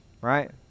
right